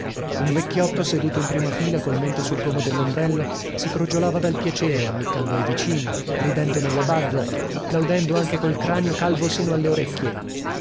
un vecchiotto seduto in prima fila col mento sul pomo dellombrello si crogiolava dal piacere ammiccando ai vicini ridendo nella bazza applaudendo anche col cranio calvo sino alle orecchie